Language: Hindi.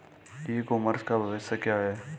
ई कॉमर्स का भविष्य क्या है?